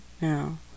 now